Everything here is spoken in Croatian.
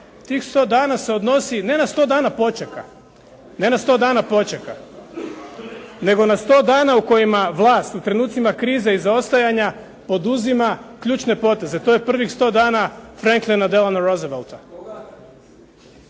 tih 100 dana se odnosi ne na 100 dana počeka, nego na 100 dana u kojima vlast u trenucima krize i zaostajanja poduzima ključne poteze. To je prvih 100 dana Franklina Roosevelta.